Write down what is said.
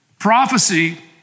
Prophecy